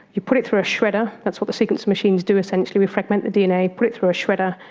you put it through a shredder, that's what the sequence of machines do essentially, we fragment the dna, put it through a shredder,